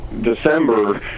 December